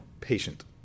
Patient